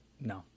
No